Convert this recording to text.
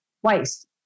twice